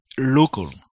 local